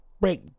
Break